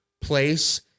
place